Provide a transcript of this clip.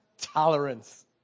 Tolerance